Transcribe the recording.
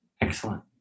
Excellent